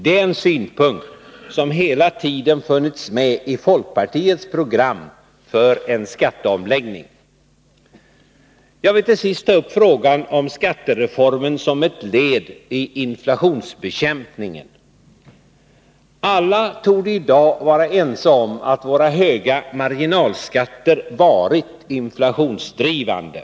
Det är en synpunkt som hela tiden har funnits med i folkpartiets program för en skatteomläggning. Jag vill till sist ta upp frågan om skattereformen som ett led i inflationsbekämpningen. Alla torde i dag vara ense om att våra höga marginalskatter varit inflationsdrivande.